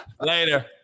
Later